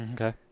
Okay